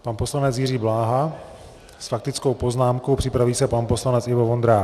Pan poslanec Jiří Bláha s faktickou poznámkou, připraví se pan poslanec Ivo Vondrák.